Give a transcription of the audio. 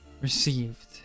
received